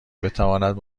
بتواند